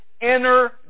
inner